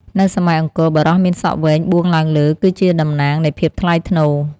នៅសម័យអង្គរ បុរសមានសក់វែងបួងឡើងលើ គឺជាតំណាងនៃភាពថ្លៃថ្នូរ។